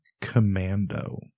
Commando